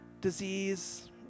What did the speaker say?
disease